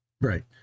right